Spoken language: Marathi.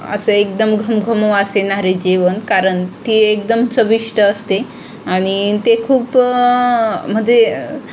असे एकदम घमघमु वास येणारे जेवण कारण ती एकदम चविष्ट असते आणि ते खूप मध्ये